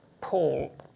Paul